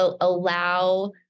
allow